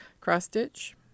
cross-stitch